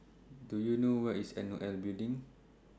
Do YOU know Where IS N O L Building